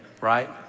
right